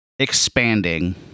Expanding